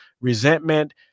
resentment